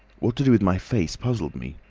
what do do with my face puzzled me.